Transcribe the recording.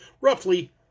roughly